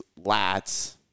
lats